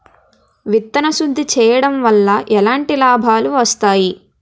విత్తన శుద్ధి చేయడం వల్ల ఎలాంటి లాభాలు వస్తాయి?